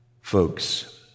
Folks